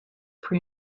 pre